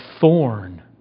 thorn